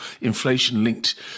inflation-linked